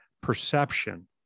perception